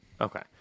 Okay